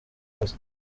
kazi